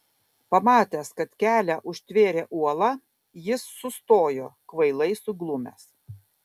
pamatęs kad kelią užtvėrė uola jis sustojo kvailai suglumęs